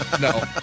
No